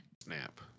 Snap